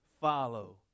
follow